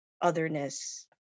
otherness